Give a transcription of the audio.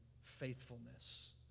faithfulness